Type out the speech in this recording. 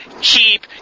keep